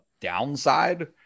downside